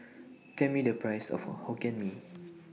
Tell Me The Price of Hokkien Mee